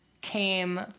came